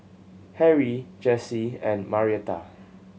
Harry Jessi and Marietta